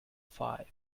five